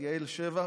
את יעל שבח,